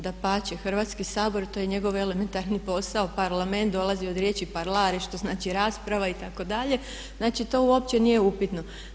Dapače, Hrvatski sabor, to je njegov elementarni posao, Parlament dolazi od riječi parlare, što znači rasprava itd. znači to uopće nije upitno.